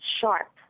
sharp